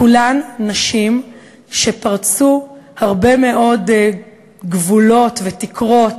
כולן נשים שפרצו הרבה מאוד גבולות ותקרות,